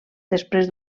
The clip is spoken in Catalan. després